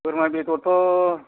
बोरमा बेदरथ'